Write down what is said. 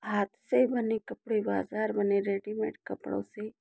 हाथ से में बने कपड़े बाज़ार बने रेडिमेड कपड़ों से